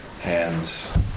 hands